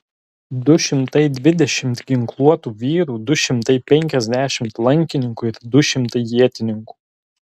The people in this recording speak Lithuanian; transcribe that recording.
du šimtai dvidešimt ginkluotų vyrų du šimtai penkiasdešimt lankininkų ir du šimtai ietininkų